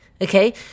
okay